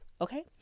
okay